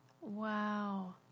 Wow